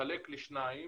מתחלק לשניים,